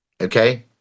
Okay